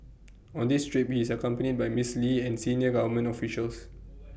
on this trip he is accompanied by miss lee and senior government officials